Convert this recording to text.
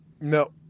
No